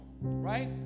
Right